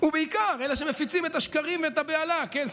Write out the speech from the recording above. ובעיקר אלה שמפיצים את השקרים ואת הבהלה, כן?